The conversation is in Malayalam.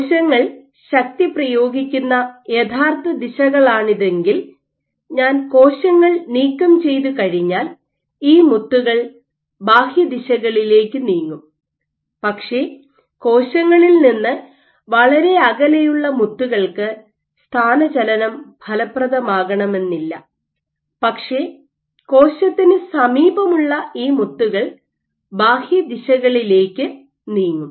കോശങ്ങൾ ശക്തി പ്രയോഗിക്കുന്ന യഥാർത്ഥ ദിശകളാണിതെങ്കിൽ ഞാൻ കോശങ്ങൾ നീക്കം ചെയ്തുകഴിഞ്ഞാൽ ഈ മുത്തുകൾ ബാഹ്യ ദിശകളിലേക്ക് നീങ്ങും പക്ഷേ കോശങ്ങളിൽ നിന്ന് വളരെ അകലെയുള്ള മുത്തുകൾക്ക് സ്ഥാനചലനം ഫലപ്രദമാകണമെന്നില്ല പക്ഷേ കോശത്തിന് സമീപമുള്ള ഈ മുത്തുകൾ ബാഹ്യ ദിശകളിലേക്ക് നീങ്ങും